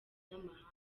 n’amahanga